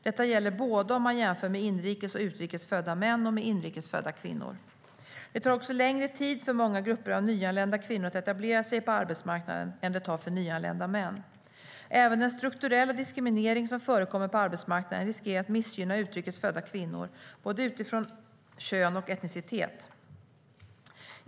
Detta gäller både om man jämför med inrikes och utrikes födda män och om man jämför med inrikes födda kvinnor. Det tar också längre tid för många grupper av nyanlända kvinnor att etablera sig på arbetsmarknaden än det tar för nyanlända män. Även den strukturella diskriminering som förekommer på arbetsmarknaden riskerar att missgynna utrikes födda kvinnor utifrån både kön och etnicitet.